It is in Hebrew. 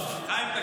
ראיתי את זה.